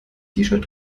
shirt